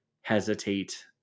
hesitate